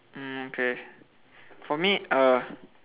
mm okay for me uh